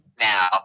now